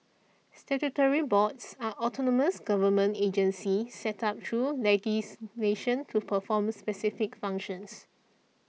statutory boards are autonomous government agencies set up through legislation to perform specific functions